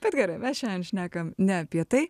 bet gerai mes šiandien šnekam ne apie tai